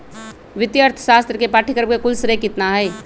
वित्तीय अर्थशास्त्र के पाठ्यक्रम के कुल श्रेय कितना हई?